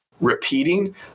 repeating